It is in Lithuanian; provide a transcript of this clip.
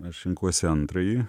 aš renkuosi antrąjį